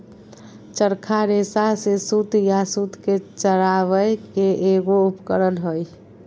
चरखा रेशा से सूत या सूत के चरावय के एगो उपकरण हइ